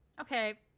Okay